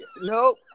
Nope